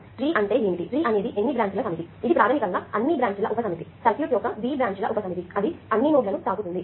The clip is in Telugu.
ఆ ట్రీ అంటే ఏమిటి ట్రీ అనేది బ్రాంచ్ ల సమితి ఇది ప్రాథమికంగా అన్ని బ్రాంచ్ ల ఉపసమితి సర్క్యూట్ యొక్క B బ్రాంచ్ ల ఉపసమితి అది అన్ని నోడ్లను తాకుతుంది